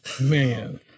Man